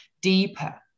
deeper